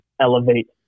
elevate